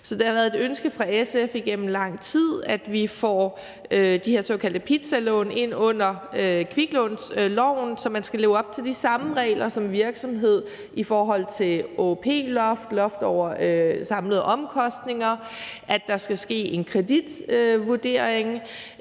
lån. Det har været et ønske fra SF igennem lang tid, at vi får de her såkaldte pizzalån ind under kviklånsloven, så man skal leve op til de samme regler som virksomhed i forhold til ÅOP-loft, loft over samlede omkostninger, at der skal ske en kreditvurdering,